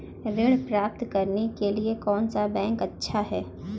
ऋण प्राप्त करने के लिए कौन सा बैंक अच्छा है?